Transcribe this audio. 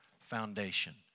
foundation